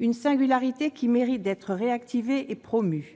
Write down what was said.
une singularité qui mérite d'être « réactivée » et « promue »!